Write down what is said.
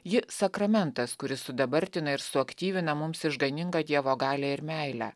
ji sakramentas kuris sudabartina ir suaktyvina mums išganingą dievo galią ir meilę